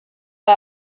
bei